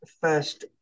first